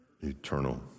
eternal